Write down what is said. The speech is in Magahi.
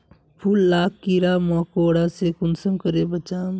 फूल लाक कीड़ा मकोड़ा से कुंसम करे बचाम?